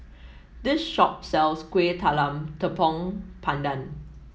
this shop sells Kuih Talam Tepong Pandan